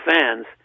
fans